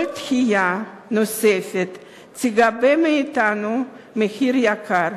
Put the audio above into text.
כל דחייה נוספת תגבה מאתנו מחיר יקר,